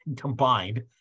combined